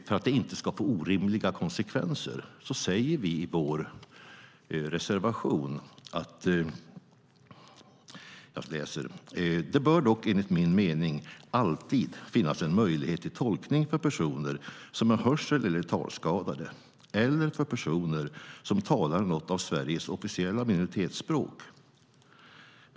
För att det inte ska få orimliga konsekvenser säger vi i vår reservation: "Det bör dock enligt min mening alltid finnas en möjlighet till tolkning för personer som är hörsel eller talskadade och för personer som talar något av Sveriges officiella minoritetsspråk.